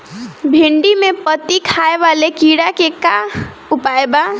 भिन्डी में पत्ति खाये वाले किड़ा के का उपाय बा?